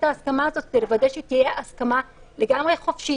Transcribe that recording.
ההסכמה הזאת ולוודא שהיא תהיה הסכמה לגמרי חופשית,